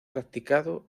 practicado